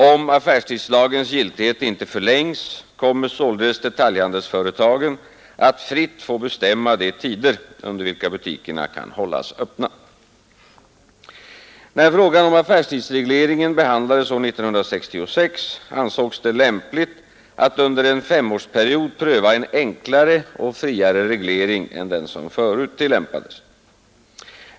Om affärstidslagens giltighet inte förlängs, kommer således detaljhandelsföretagen att fritt få bestämma de tider under vilka butikerna kan hållas öppna. När frågan om affärstidsregleringen behandlades år 1966, ansågs det lämpligt att under en femårsperiod pröva en enklare och friare reglering än den som förut tillämpades.